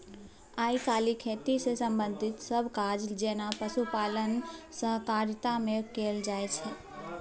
आइ काल्हि खेती सँ संबंधित सब काज जेना पशुपालन सहकारिता मे कएल जाइत छै